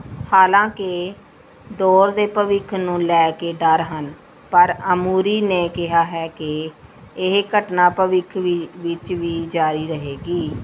ਹਾਲਾਂਕਿ ਦੌਰ ਦੇ ਭਵਿੱਖ ਨੂੰ ਲੈ ਕੇ ਡਰ ਹਨ ਪਰ ਅਮੂਰੀ ਨੇ ਕਿਹਾ ਹੈ ਕਿ ਇਹ ਘਟਨਾ ਭਵਿੱਖ ਵੀ ਵਿੱਚ ਵੀ ਜਾਰੀ ਰਹੇਗੀ